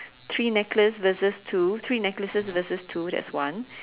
three necklace versus two three necklaces versus two there's one